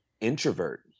introvert